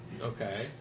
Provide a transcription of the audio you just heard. Okay